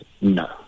no